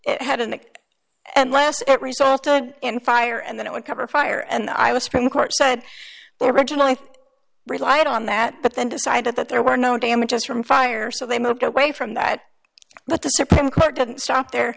ex had in the last it resulted in fire and then it would cover fire and i was supreme court said they originally relied on that but then decided that there were no damages from fire so they moved away from that but the supreme court didn't stop there